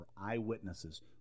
eyewitnesses